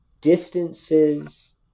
distances